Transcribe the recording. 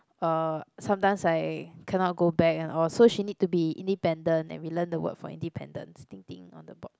uh sometimes I cannot go back and all so she need to be independent and we learn the word from independence on the board